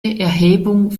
erhebung